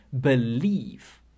believe